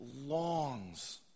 longs